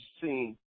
seen